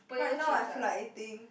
right now I feel like eating